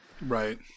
Right